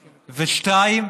ו-2.